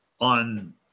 On